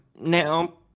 now